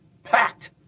Packed